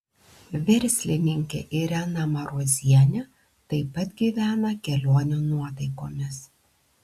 verslininkė irena marozienė taip pat gyvena kelionių nuotaikomis